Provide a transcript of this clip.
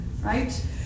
right